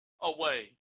away